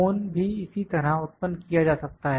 कोन भी इसी तरह उत्पन्न किया जा सकता है